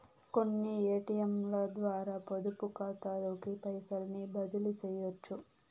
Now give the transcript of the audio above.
కొన్ని ఏటియంలద్వారా పొదుపుకాతాలోకి పైసల్ని బదిలీసెయ్యొచ్చు